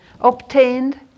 obtained